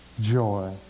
joy